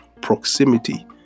proximity